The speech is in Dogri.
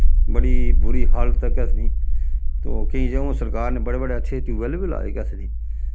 बड़ी बुरी हालत ऐ केह् आखदे निं तो केईं ज'गें उ'आं सरकार ने बड़े बड़े अच्छे ट्यूबैल्ल बी लाए दे केह् आखदे नी